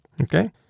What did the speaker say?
Okay